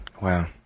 Wow